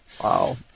Wow